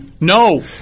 No